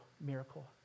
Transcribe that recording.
miracle